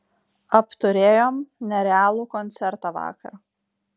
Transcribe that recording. apturėjom nerealų koncertą vakar